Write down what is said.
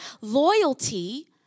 loyalty